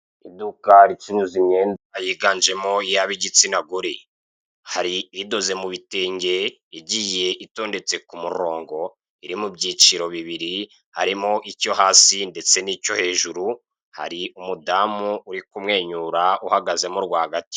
Iduka ricuruza imyenda yiganjemo iyabigitsina gore, hari idoze mubitenge igiye itondetse kumurongo iri mubyiciro bibiri harimo icyo hasi ndetse nicyo hejuru hari umudamu uri kumwenyura uhagazemo rwagati.